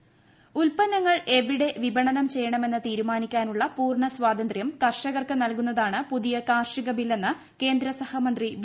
മുരളീധരൻ ഉല്പന്നങ്ങൾ എവിടെ വിപണനം ചെയ്യണമെന്ന് തീരുമാനിക്കാനുള്ള പൂർണ്ണ സ്വാതന്ത്ര്യം കർഷകർക്ക് നൽകുന്നതാണ് പുതിയ കാർഷിക ബില്ലെന്ന് കേന്ദ്ര സഹമന്ത്രി വി